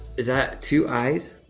is that two i's?